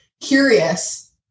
curious